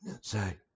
say